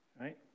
Right